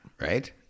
right